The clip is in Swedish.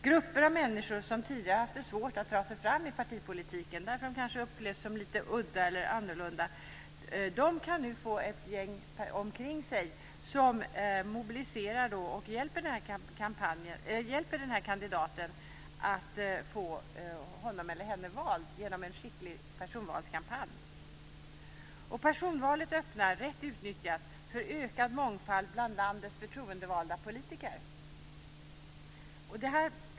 Grupper av människor som tidigare har haft det svårt att ta sig fram i partipolitiken för att de kanske upplevts som lite udda eller annorlunda, kan nu få ett gäng omkring sig som mobiliserar och som hjälper kandidaten att få honom eller henne vald genom en skicklig personvalskampanj. Personvalet öppnar, rätt utnyttjat, för ökad mångfald bland landets förtroendevalda politiker.